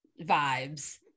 vibes